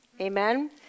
Amen